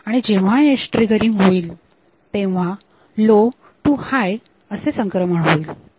आणि जेव्हा edge triggering होईल तेव्हा लो टू हाय संक्रमण होईल